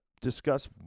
discuss